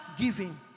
giving